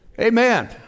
Amen